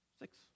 six